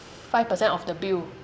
five percent of the bill